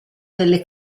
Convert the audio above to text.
delle